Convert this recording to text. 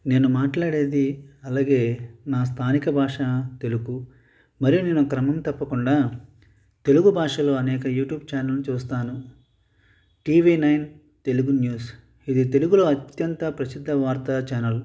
నేను మాట్లాడేది అలాగే నా స్థానిక భాష తెలుగు మరియు నేను క్రమం తప్పకుండా తెలుగు భాషలో అనేక యూట్యూబ్ ఛానల్ను చూస్తాను టీవీ నైన్ తెలుగు న్యూస్ ఇది తెలుగులో అత్యంత ప్రసిద్ధ వార్తా ఛానల్